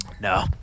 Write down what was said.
No